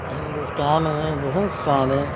ہندوستان میں بہت سارے